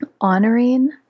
honoring